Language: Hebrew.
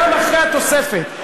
גם אחרי התוספת,